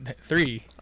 Three